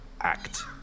act